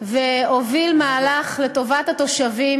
והוביל מהלך לטובת התושבים.